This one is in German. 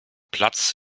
platz